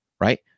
Right